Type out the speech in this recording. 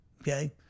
Okay